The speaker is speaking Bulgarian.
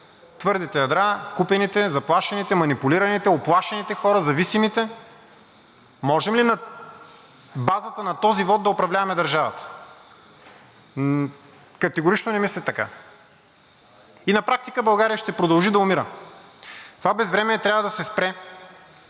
Твърдите ядра, купените, заплашените, манипулираните, уплашените хора, зависимите. Можем ли на базата на този вот да управляваме държавата? Категорично не мисля така. На практика България ще продължи да умира. Това безвремие трябва да се спре.